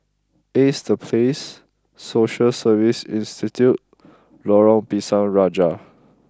Ace The Place Social Service Institute Lorong Pisang Raja